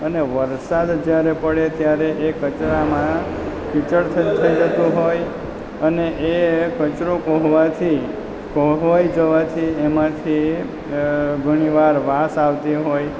અને વરસાદ જ્યારે પડે ત્યારે એ કચરામાં કિચડ થઈ જતું હોય અને એ કચરો કોહવાવાથી કોહવાઈ જવાથી એમાંથી ઘણી વાર વાસ આવતી હોય